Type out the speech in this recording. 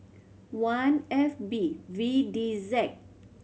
one F B V D Z